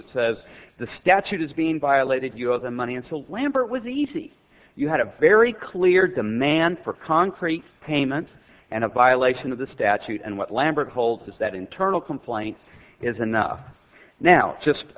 that says the statute is being violated you owe them money until lambert was easy you had a very clear demand for concrete payment and a violation of the statute and what lambert holds is that internal complaint is enough now